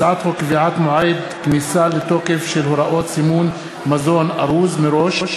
הצעת חוק קביעת מועד כניסה לתוקף של הוראות סימון מזון ארוז מראש,